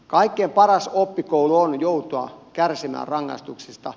kaikkein paras oppikoulu on joutua kärsimään rangaistusta